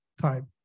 time